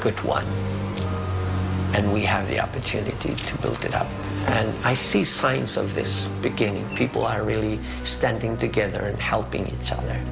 good one and we have the opportunity to build it up and i see signs of this beginning people are really standing together and helping each other